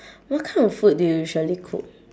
what kind of food do you usually cook